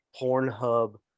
Pornhub